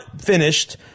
finished